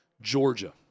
Georgia